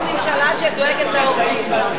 התשס"ח 2008, לא נתקבלה.